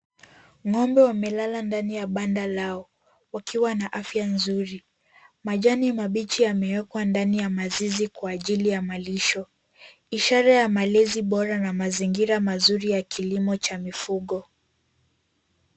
Ng'ombe wamelala ndani ya banda lao ,wakiwa na afya nzuri ,majani mabichi yamewekwa ndani ya mazizi kwa ajili ya malisho, ishara ya malezi bora na mazingira mazuri ya kilimo cha mifugo.